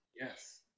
Yes